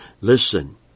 Listen